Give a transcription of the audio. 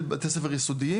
כי אני,